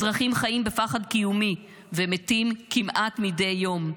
אזרחים חיים בפחד קיומי ומתים כמעט מדי יום.